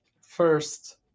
First